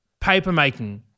papermaking